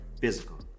Physical